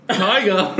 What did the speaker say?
tiger